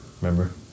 Remember